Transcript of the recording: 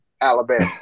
Alabama